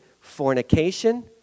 fornication